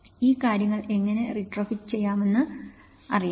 ഈ കാര്യങ്ങൾ എങ്ങനെ റിട്രോഫിറ്റ് ചെയ്യാമെന്ന് അറിയാം